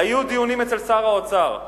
היו דיונים אצל שר האוצר,